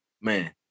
Man